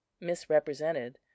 misrepresented